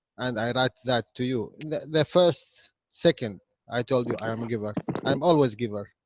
and i write that to you, the first second i told you i am a giver i'm always giver.